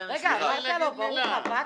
תן לי להגיד מילה.